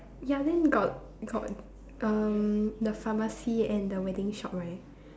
ya then got got um the pharmacy and the wedding shop right